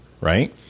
Right